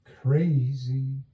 crazy